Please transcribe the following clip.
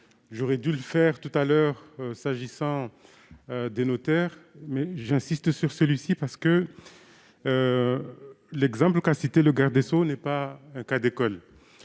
J'aurais dû le faire tout à l'heure s'agissant des notaires, mais j'insiste sur celui-ci : l'exemple cité par M. le garde des sceaux n'est pas un cas d'école.